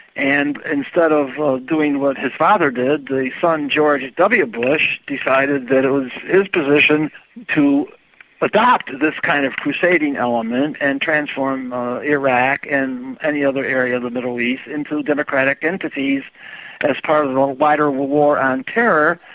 and instead of doing what his father did, the son george w bush decided that it was his position to adopt this kind of crusading element and transform iraq and any other area of the middle east into democratic entities as part of a wider war on terror.